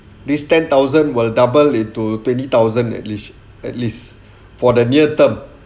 this ten thousand will double into twenty thousand at least at least for the near term